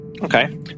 Okay